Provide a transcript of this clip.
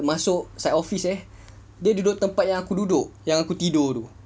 masuk site office eh dia duduk kat tempat yang aku duduk yang aku tidur tu